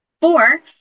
Four